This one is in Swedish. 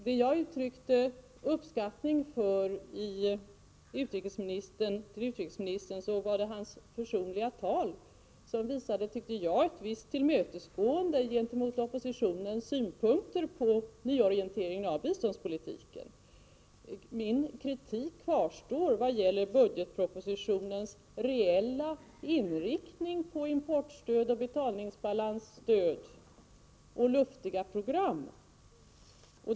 Jag har uttryckt uppskattning över utrikesministerns personliga tal, som visade ett visst tillmötesgående gentemot oppositionens synpunkter på nyorienteringen av biståndspolitiken. Min kritik kvarstår dock vad gäller budgetpropositionens reella inriktning på importstöd och betalningsbalansstöd samt luftiga program.